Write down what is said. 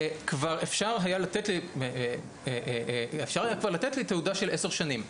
כבר אפשר היה לתת תעודה של עשר שנים.